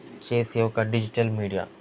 చేసే ఒక digital media